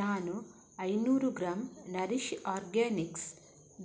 ನಾನು ಐನೂರು gram Nourish Organics